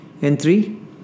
N3